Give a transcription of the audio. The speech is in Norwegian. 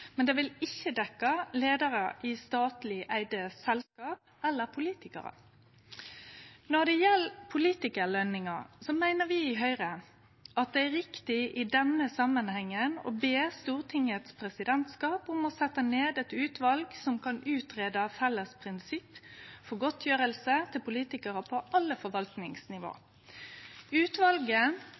men vil ikkje dekkje leiarar i statleg eigde selskap eller politikarar. Når det gjeld politikarløningar, meiner vi i Høgre at det er riktig i denne samanhengen å be Stortingets presidentskap om å setje ned eit utval for ei utgreiing om felles prinsipp for godtgjersle til politikarar på alle forvaltningsnivå.